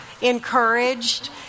encouraged